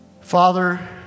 Father